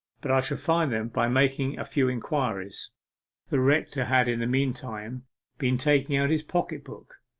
but i shall find them by making a few inquiries the rector had in the meantime been taking out his pocket-book,